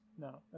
No